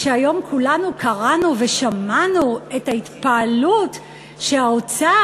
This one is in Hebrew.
שהיום כולנו קראנו ושמענו את ההתפעלות מכך שהאוצר